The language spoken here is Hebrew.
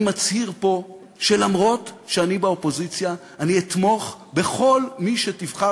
אני מצהיר פה שאף שאני באופוזיציה אני אתמוך בכל מי שתבחר.